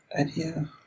idea